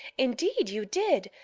indeed, you did,